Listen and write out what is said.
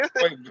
Wait